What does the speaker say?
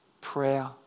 Prayer